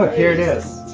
but here it is.